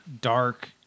dark